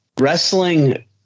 wrestling